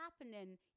happening